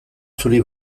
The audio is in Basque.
zuri